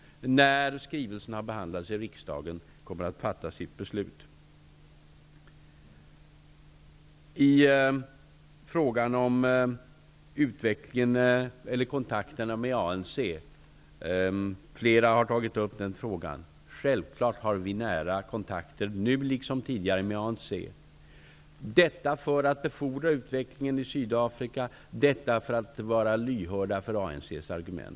När skrivelsen har behandlats i riksdagen kommer regeringen i ljuset av detta att fatta sitt beslut. Flera har tagit upp frågan om kontakterna med ANC. Självfallet har vi nära kontakter med ANC, nu liksom tidigare, detta för att befordra utvecklingen i Sydafrika och för att vara lyhörda för ANC:s argument.